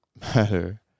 matter